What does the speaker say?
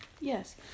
Yes